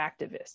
activists